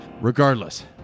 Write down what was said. Regardless